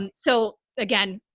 and so again,